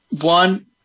One